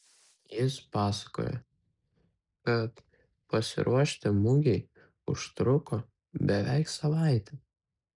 jis pasakojo kad pasiruošti mugei užtruko beveik savaitę